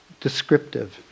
descriptive